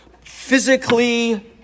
physically